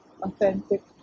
authentic